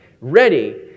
ready